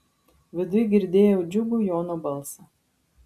viduj girdėjau džiugų jono balsą